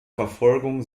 verfolgung